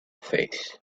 face